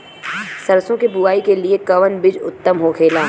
सरसो के बुआई के लिए कवन बिज उत्तम होखेला?